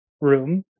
room